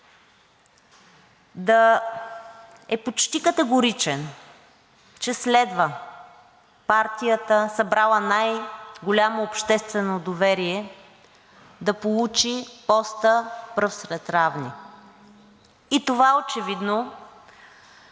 да е почти категоричен, че следва партията, събрала най-голямо обществено доверие, да получи поста пръв сред равни. И това очевидно